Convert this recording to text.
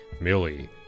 Millie